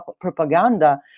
propaganda